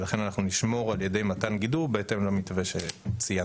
ולכן אנחנו נשמור עליהם על ידי מתן גידור בהתאם למתווה שציינתי.